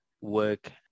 work